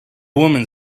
woman